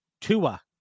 Tua